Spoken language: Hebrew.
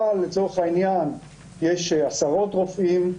אבל לצורך העניין יש עשרות רופאים,